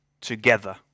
together